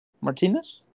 Martinez